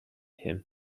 him